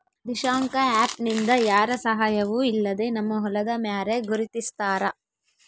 Dishank app ನಿಂದ ಯಾರ ಸಹಾಯವೂ ಇಲ್ಲದೆ ನಮ್ಮ ಹೊಲದ ಮ್ಯಾರೆ ಗುರುತಿಸ್ತಾರ